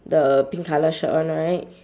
the pink colour shirt one right